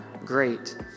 Great